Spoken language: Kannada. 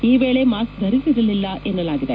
ಆ ವೇಳೆ ಮಾಸ್ಕ್ ಧರಿಸಿರಲಿಲ್ಲ ಎನ್ನಲಾಗಿದೆ